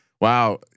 Wow